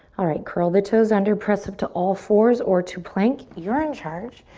alright, curl the toes under. press up to all fours or to plank. you're in charge.